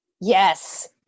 yes